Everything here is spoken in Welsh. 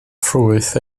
ffrwyth